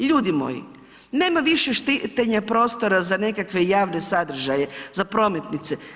Ljudi moji, nema više štićenja prostora za nekakve javne sadržaje, za prometnice.